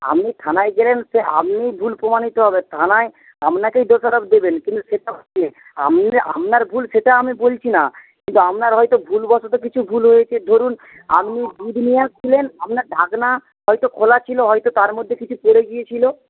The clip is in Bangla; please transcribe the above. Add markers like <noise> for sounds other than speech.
আপনি থানায় গেলেন সেই আপনিই ভুল প্রমাণিত হবেন থানায় আপনাকেই দোষারোপ দেবেন কিন্তু <unintelligible> আপনি আপনার ভুল সেটা আমি বলছি না কিন্তু আপনার হয় তো ভুলবশত কিছু ভুল হয়েছে ধরুন আপনি দুধ নিয়ে আসছিলেন আপনার ঢাকনা হয়তো খোলা ছিল হয়তো তার মধ্যে কিছু পড়ে গিয়েছিল